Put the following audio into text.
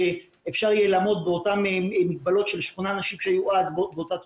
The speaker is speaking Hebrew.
שאפשר יהיה לעמוד באותן מגבלות של שמונה אנשים שהיו אז באותה תקופה.